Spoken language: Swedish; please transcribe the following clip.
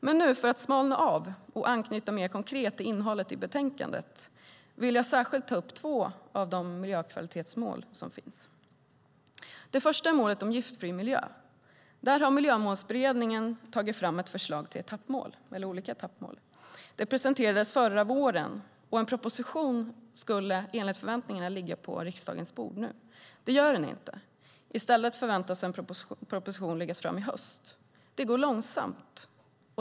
Men nu, för att smalna av, och anknyta mer konkret till innehållet i betänkandet, vill jag särskilt ta upp två av miljökvalitetsmålen. Det första är målet om giftfri miljö. Där har Miljömålsberedningen tagit fram ett förslag till olika etappmål. De presenterades förra våren, och en proposition skulle enligt förväntningarna ligga på riksdagens bord nu. Det gör den inte. I stället förväntas en proposition läggas fram i höst. Det går långsamt.